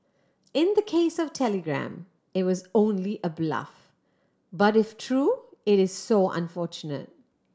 in the case of Telegram it was only a bluff but if true it is so unfortunate